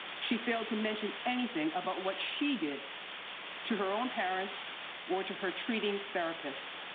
she failed to mention anything about what she did to her own parents or to her treating therapist.